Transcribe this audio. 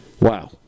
Wow